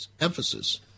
emphasis